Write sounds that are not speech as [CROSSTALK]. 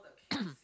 [COUGHS]